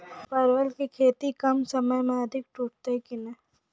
परवल की खेती कम समय मे अधिक टूटते की ने?